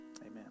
amen